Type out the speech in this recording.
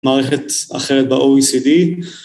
מערכת אחרת באו-אי-סי-די.